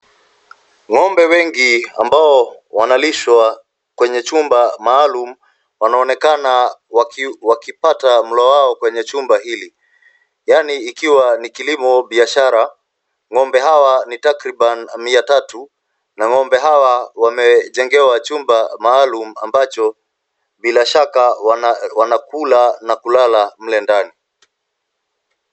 Ng'ombe wengi ambao wanalishwa kwenye chumba maalumu wanaonekana wakipata mlo wao kwenye chumba hili, yaani ikiwa ni kilimo biashara. Ng'ombe hawa ni takribani mia tatu na ng'ombe hawa wamejengewa chumba maalumu ambacho bila shaka wanakula na kulala mle ndani.